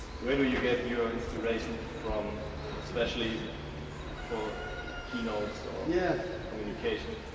where do you get your inspiration from especially for keynotes or yeah communication?